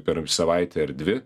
per savaitę ar dvi